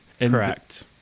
Correct